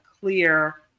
clear